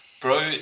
bro